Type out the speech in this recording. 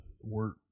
work